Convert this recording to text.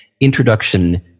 introduction